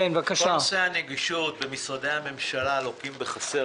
כל נושא הנגישות במשרדי הממשלה לוקה בחסר.